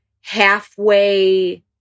halfway